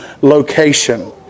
location